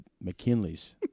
McKinley's